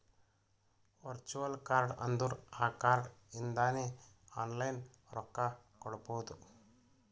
virtual card ಅಂದುರ್ ಆ card ಇಂದಾನೆ ಆನ್ಲೈನ್ ರೊಕ್ಕಾ ಕೊಡ್ಬೋದು